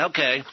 Okay